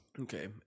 Okay